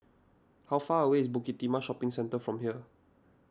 how far away is Bukit Timah Shopping Centre from here